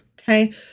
Okay